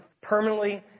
permanently